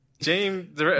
James